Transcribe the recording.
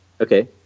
Okay